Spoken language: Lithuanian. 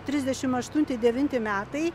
trisdešim aštunti devinti metai